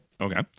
Okay